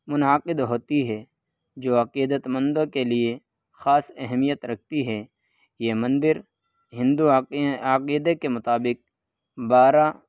منعقد ہوتی ہے جو عقیدت مندوں کے لیے خاص اہمیت رکھتی ہے یہ مندر ہندو عقیدے کے مطابق بارہ